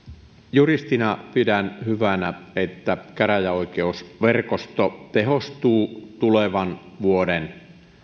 juristina pidän hyvänä että käräjäoikeusverkosto tehostuu tulevan vuoden